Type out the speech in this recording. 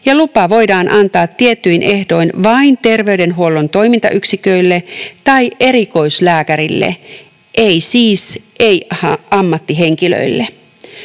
ja lupa voidaan antaa tietyin ehdoin vain terveydenhuollon toimintayksiköille tai erikoislääkärille, ei siis ei-ammattihenkilöille.